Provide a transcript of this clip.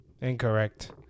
Incorrect